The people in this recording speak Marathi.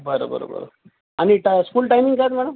बरं बरं बरं आणि टा स्कूल टामिंग काय आहेत मॅडम